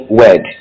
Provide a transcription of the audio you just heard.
word